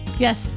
Yes